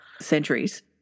centuries